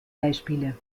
beispiele